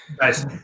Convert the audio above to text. Nice